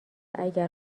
اگر